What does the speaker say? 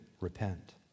repent